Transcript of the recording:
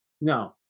No